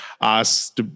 ask